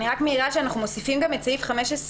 אני רק מעירה שאנחנו מוסיפים גם את סעיף 15(א)